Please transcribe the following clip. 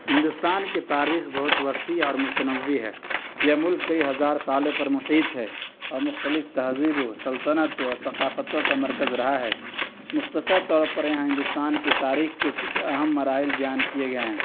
ہندوستان کی تاریخ بہت وسیع اور متنوع ہے یہ ملک کئی ہزار سالوں پر محیط ہے اور مختلف تہذیب و سلطنت و ثقافتوں کا مرکز رہا ہے مختصر طور پر یہاں ہندوستان کی تاریخ کی کچھ اہم مراحل بیان کیے گئے ہیں